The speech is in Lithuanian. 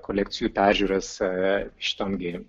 kolekcijų peržiūras šitom gi